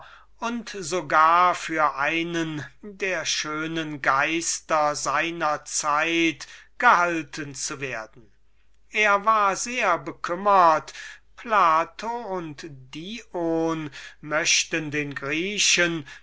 und so gar für einen der schönen geister seiner zeit gehalten zu werden er war sehr bekümmert daß plato und dion den griechen